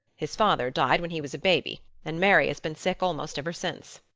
his father died when he was a baby and mary has been sick almost ever since.